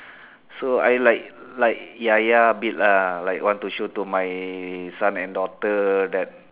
so I like like ya ya bit lah like want to show to my son and daughter that